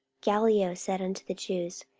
gallio said unto the jews,